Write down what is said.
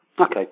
Okay